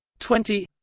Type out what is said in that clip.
twenty